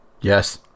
Yes